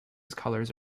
colors